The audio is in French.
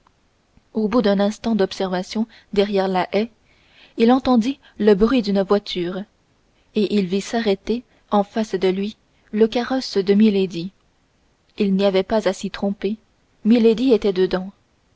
au bout d'un instant d'observation derrière la haie il entendit le bruit d'une voiture et il vit s'arrêter en face de lui le carrosse de milady il n'y avait pas à s'y tromper milady était dedans